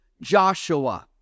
joshua